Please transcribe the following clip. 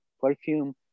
perfume